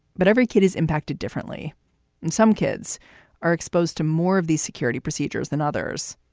but every kid is impacted differently. and some kids are exposed to more of these security procedures than others.